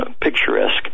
picturesque